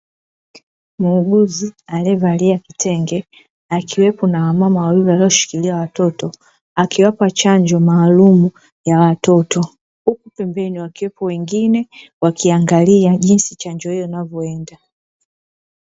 Muuguzi aliyevalia kitenge, akiwepo na wamama wawili walioshikilia watoto; akiwapa chanjo maalumu ya watoto, huku pembeni wakiwepo wengine wakiangalia jinsi chanjo hiyo inavyoenda.